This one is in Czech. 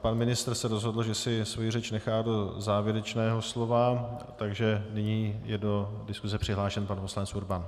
Pan ministr se rozhodl, že si svoji řeč nechá do závěrečného slova, takže nyní je do diskuse přihlášen pan poslanec Urban.